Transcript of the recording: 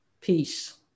Peace